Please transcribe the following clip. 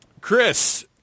Chris